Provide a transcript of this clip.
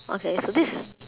okay so this